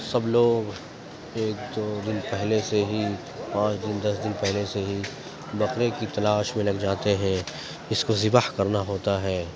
سب لوگ ایک دو دن پہلے سے ہی پانچ دن دس دن پہلے سے ہی بکرے کی تلاش میں لگ جاتے ہیں اس کو ذبح کرنا ہوتا ہے